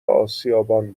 آسیابان